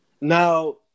Now